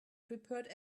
prepared